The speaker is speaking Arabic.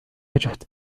جهد